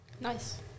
Nice